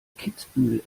kitzbühel